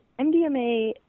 MDMA